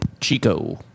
Chico